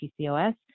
PCOS